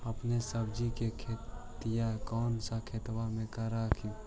अपने सब्जिया के खेतिया कौन सा खेतबा मे कर हखिन?